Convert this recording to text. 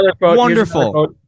Wonderful